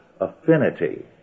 affinity